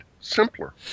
simpler